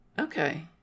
Okay